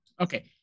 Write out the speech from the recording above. Okay